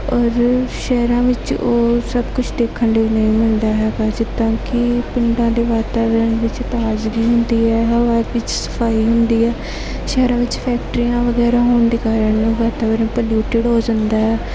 ਔਰ ਸ਼ਹਿਰਾਂ ਵਿੱਚ ਉਹ ਸਭ ਕੁਛ ਦੇਖਣ ਲਈ ਨਹੀਂ ਮਿਲਦਾ ਹੈ ਵੈਸੇ ਤਾਂ ਕਿ ਪਿੰਡਾਂ ਦੇ ਵਾਤਾਵਰਨ ਵਿੱਚ ਤਾਜ਼ਗੀ ਹੁੰਦੀ ਹੈ ਹਵਾ ਵਿੱਚ ਸਫ਼ਾਈ ਹੁੰਦੀ ਹੈ ਸ਼ਹਿਰਾਂ ਵਿੱਚ ਫੈਕਟਰੀਆਂ ਵਗੈਰਾ ਹੋਣ ਦੇ ਕਾਰਨ ਵਾਤਾਵਰਨ ਪਲਿਊਟਡ ਹੋ ਜਾਂਦਾ ਹੈ